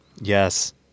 Yes